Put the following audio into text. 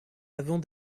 avant